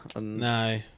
No